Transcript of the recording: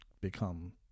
become